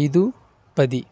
ఐదు పది